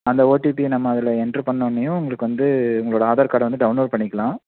அந்த ஓடிபியை நம்ம அதில் எண்ட்ரு பண்ணோடனையும் உங்களுக்கு வந்து உங்களோடய ஆதார் கார்டை வந்து டவுன்லோட் பண்ணிக்கலாம்